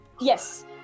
Yes